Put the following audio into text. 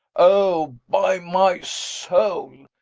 oh, by my soul!